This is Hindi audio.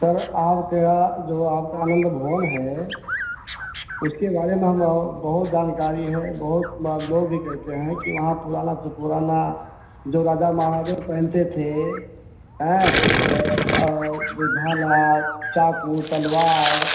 सर आपका जो आपका आनंद भवन है उसके बारे में हम और बहुत जानकारी है बहुत बार लोग भी कहते हैं कि वहाँ पुराना से पुराना जो राजा महराजा पहनते थे अये ये ज भाला चाकू तलवार